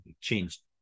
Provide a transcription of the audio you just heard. changed